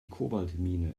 kobaltmine